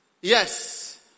Yes